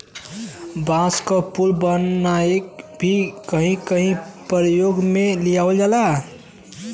बांस क पुल बनाके भी कहीं कहीं परयोग में लियावल जाला